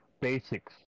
basics